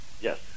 Yes